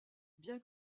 bien